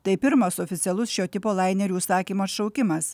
tai pirmas oficialus šio tipo lainerių užsakymo atšaukimas